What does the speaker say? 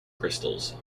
crystals